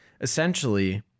essentially